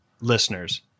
listeners